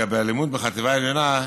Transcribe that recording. לגבי הלימוד בחטיבה העליונה,